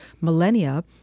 millennia